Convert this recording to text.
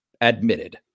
admitted